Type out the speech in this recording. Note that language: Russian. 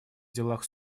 делах